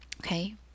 Okay